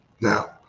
Now